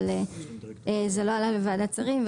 אבל זה לא עלה בוועדת שרים,